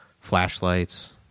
Flashlights